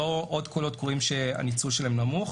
לא עוד קולות קוראים שהניצול שלהם נמוך.